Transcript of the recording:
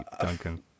Duncan